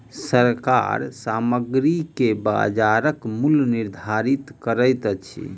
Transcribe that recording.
सरकार सामग्री के बजारक मूल्य निर्धारित करैत अछि